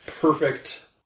perfect